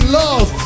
love